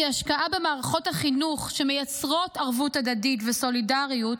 כי השקעה במערכות החינוך שמייצרות ערבות הדדית וסולידריות,